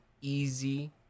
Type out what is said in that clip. easy